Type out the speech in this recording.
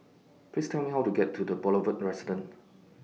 Please Tell Me How to get to The Boulevard Residence